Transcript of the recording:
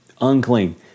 unclean